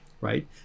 Right